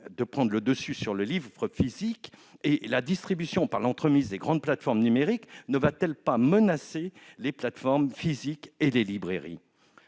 le dessus sur le livre physique, et la distribution par l'entremise des grandes plateformes numériques ne va-t-elle pas menacer les plateformes physiques et les librairies ?